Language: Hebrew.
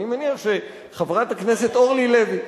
אני מניח שחברת הכנסת אורלי לוי,